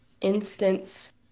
instance